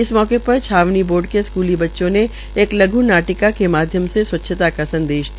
इस मौके पर छावनी बोर्ड के स्कूली बच्चों ने एक लघ् नाटिका के माध्यम से स्वच्छता का संदेश दिया